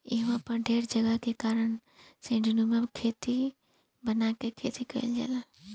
इहवा पर ढेर जगह के कारण सीढ़ीनुमा खेत बना के खेती कईल जाला